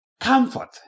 comfort